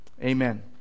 Amen